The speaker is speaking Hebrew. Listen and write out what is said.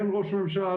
כן ראש ממשלה,